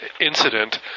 incident